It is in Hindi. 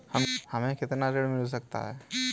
हमें कितना ऋण मिल सकता है?